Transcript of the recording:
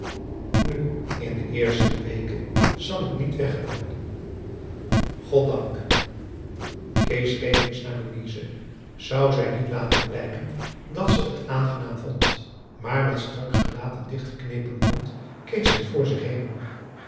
nu in de eerste weken zal ik niet wegloopen goddank kees keek eens naar louise zou zij niet laten blijken dat ze het aangenaam vond maar met strak gelaat en dichtgeknepen mond keek zij vr zich heen